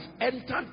entered